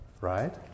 Right